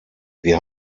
wir